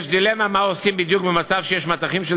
יש דילמה מה עושים בדיוק במצב שיש מטחים של